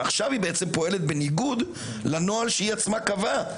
ועכשיו היא בעצם פועלת בניגוד לנוהל שהיא עצמה קבעה.